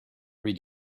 read